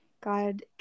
god